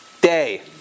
day